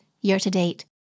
year-to-date